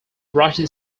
russian